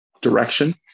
direction